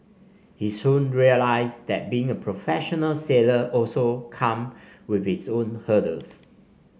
he soon realised that being a professional sailor also come with its own hurdles